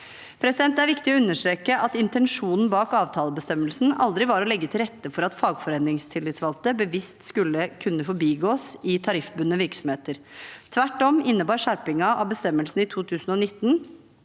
Det er viktig å understreke at intensjonen bak avtalebestemmelsen aldri var å legge til rette for at fagforeningstillitsvalgte bevisst skulle kunne forbigås i tariffbundne virksomheter. Tvert om innebar skjerpingen av bestemmelsen i 2019